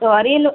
so Ariyalur